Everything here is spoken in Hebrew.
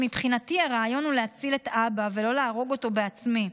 שמבחינתי הרעיון הוא להציל את אבא ולא להרוג אותו בעצמי.